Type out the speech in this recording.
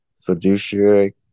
fiduciary